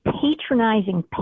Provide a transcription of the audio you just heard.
patronizing